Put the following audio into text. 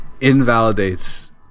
invalidates